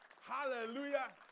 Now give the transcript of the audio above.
Hallelujah